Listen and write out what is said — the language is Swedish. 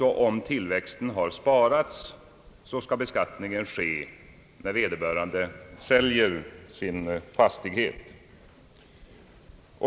Om tillväxten har sparats, skall beskattningen ske när vederbörande säljer sin fastighet.